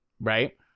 Right